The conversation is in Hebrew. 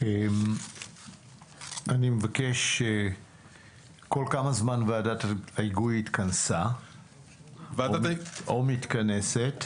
כל כמה זמן ועדת ההיגוי התכנסה או מתכנסת?